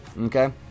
okay